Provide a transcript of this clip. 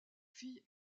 fille